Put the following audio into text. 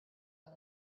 out